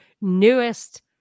newest